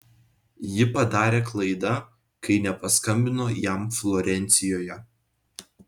ji padarė klaidą kai nepaskambino jam florencijoje